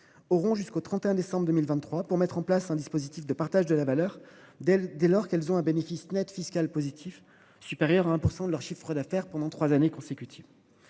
auront jusqu’au 31 décembre 2023 pour mettre en place un dispositif de partage de la valeur dès lors qu’elles enregistrent un bénéfice net fiscal positif supérieur à 1 % de leur chiffre d’affaires pendant trois années consécutives.